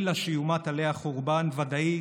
יומט עליה חורבן ודאי,